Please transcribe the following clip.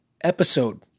episode